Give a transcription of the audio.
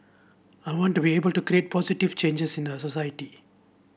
I want to be able to create positive changes in a society